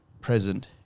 present